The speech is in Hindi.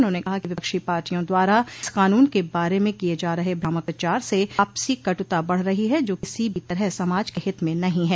उन्होंने कहा कि विपक्षी पार्टियों द्वारा इस क़ानून के बारे में किये जा रहे भ्रामक प्रचार से आपसी कट्रता बढ़ रही है जो किसी भी तरह समाज के हित में नहीं है